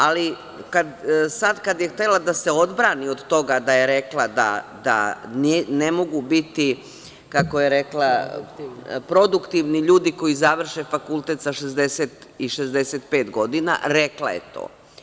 Ali, sada kada je htela da se odbrani od toga da je rekla da ne mogu biti, kako je rekla, produktivni ljudi koji završe fakultet sa 60 i 65 godina, rekla je to.